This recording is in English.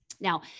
Now